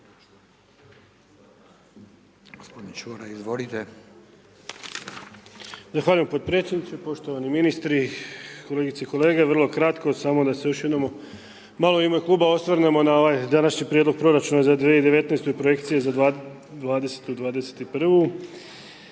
Gospodin Čuraj, izvolite.